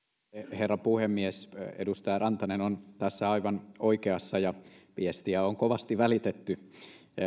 herra puhemies edustaja rantanen on tässä aivan oikeassa ja viestiä on kovasti välitetty